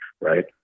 right